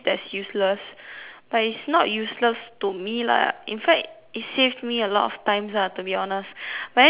but it's not useless to me lah in fact it saved me a lot of times lah to be honest but anyway